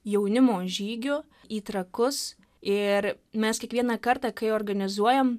jaunimo žygiu į trakus ir mes kiekvieną kartą kai organizuojam